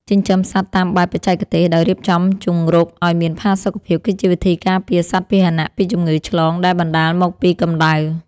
ចិញ្ចឹមសត្វតាមបែបបច្ចេកទេសដោយរៀបចំជង្រុកឱ្យមានផាសុកភាពគឺជាវិធីការពារសត្វពាហនៈពីជំងឺឆ្លងដែលបណ្ដាលមកពីកម្ដៅ។